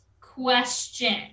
question